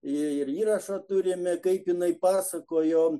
ir įrašą turime kaip jinai pasakojo